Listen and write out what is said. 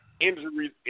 injuries